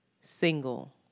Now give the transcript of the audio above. single